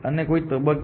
અને કોઈક તબક્કે